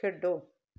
ਖੇਡੋ